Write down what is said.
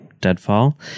Deadfall